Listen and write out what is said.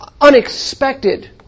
unexpected